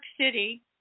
City